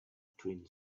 twin